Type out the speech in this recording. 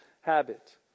habit